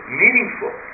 meaningful